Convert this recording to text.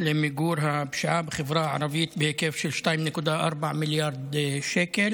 למיגור הפשיעה בחברה הערבית בהיקף של 2.4 מיליארד שקל